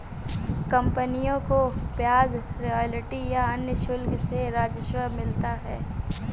कंपनियों को ब्याज, रॉयल्टी या अन्य शुल्क से राजस्व मिलता है